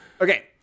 Okay